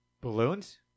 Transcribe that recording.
Balloons